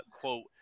quote